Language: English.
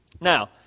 Now